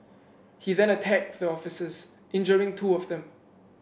he then attacked the officers injuring two of them